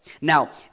Now